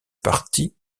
parti